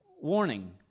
warning